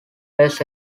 best